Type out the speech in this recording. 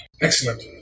Excellent